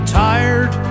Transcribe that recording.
tired